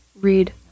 read